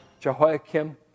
Jehoiakim